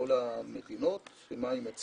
לכל המדינות ובו אמרה למה היא מצפה.